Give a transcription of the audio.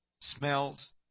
smells